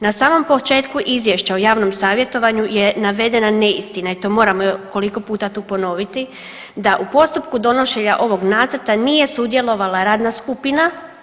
Na samom početku izvješća o javnom savjetovanju je navedena neistina i to moramo koliko puta tu ponoviti, da u postupku donošenja ovog nacrta nije sudjelovala radna skupina.